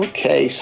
Okay